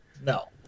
No